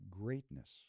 greatness